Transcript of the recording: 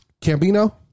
Cambino